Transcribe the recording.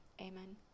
Amen